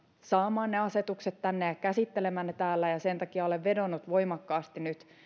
saamaan niitä asetuksia tänne eduskuntaan ja käsittelemään niitä täällä sen takia olen vedonnut voimakkaasti nyt